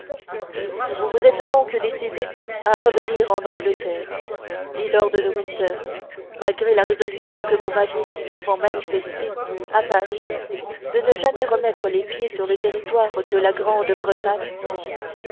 vous vous êtes donc décidée à revenir en angleterre dit lord de winter malgré la résolution que vous m'aviez si souvent manifestée à paris de ne jamais remettre les pieds sur le territoire de la grande-bretagne